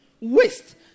Waste